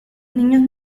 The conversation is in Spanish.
niños